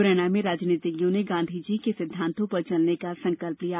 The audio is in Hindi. मुरैना में राजनीतिज्ञों ने गांधी जी के सिद्धांतों पर चलने का संकल्प लिया